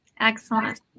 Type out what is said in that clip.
Excellent